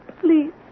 please